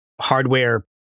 hardware